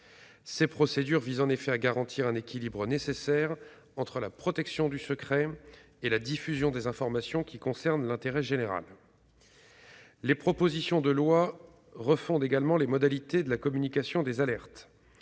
ces procédures visent à garantir un équilibre nécessaire entre la protection du secret et la diffusion d'informations d'intérêt général. Les propositions de loi refondent également les modalités de la communication des alertes.